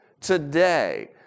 today